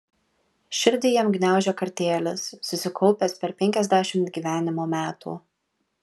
širdį jam gniaužė kartėlis susikaupęs per penkiasdešimt gyvenimo metų